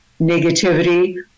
negativity